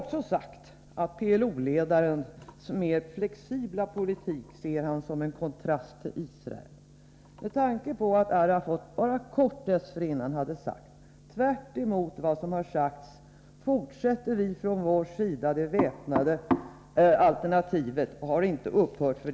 Kabinettssekreteraren har också sagt att han ser PLO-ledarens mer flexibla politik som en kontrast till Israels.